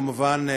כמובן,